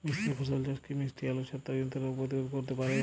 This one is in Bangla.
মিশ্র ফসল চাষ কি মিষ্টি আলুর ছত্রাকজনিত রোগ প্রতিরোধ করতে পারে?